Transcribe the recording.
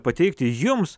pateikti jums